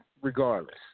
regardless